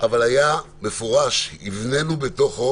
אבל היה מפורש, הבננו בתוכו